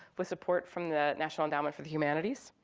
with support from the national endowment for the humanities.